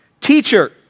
Teacher